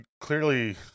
Clearly